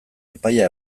epaia